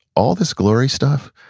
all this glory stuff,